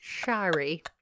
Sorry